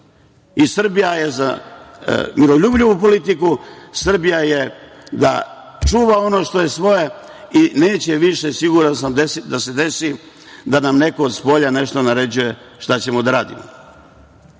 lokaciji. Srbija je za miroljubivu politiku, Srbija je da čuva ono svoje i neće više, siguran sam, da se desi da nam neko od spolja nešto naređuje šta ćemo da radimo. Moramo